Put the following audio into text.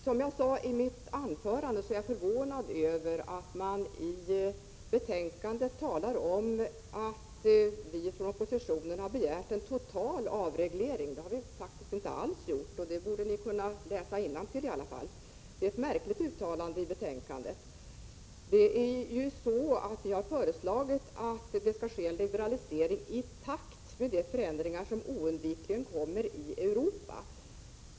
Som jag sade i mitt anförande, är jag förvånad över att man i betänkandet talar om att vi från oppositionen har begärt en total avreglering. Det har vi faktiskt inte alls gjort, och det borde ni i alla fall kunna läsa innantill. Det är ett märkligt uttalande. Vi har föreslagit att det skall ske en liberalisering i takt med de förändringar som oundvikligen kommer i Europa.